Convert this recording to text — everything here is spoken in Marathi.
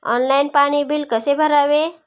ऑनलाइन पाणी बिल कसे भरावे?